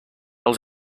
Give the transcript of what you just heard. els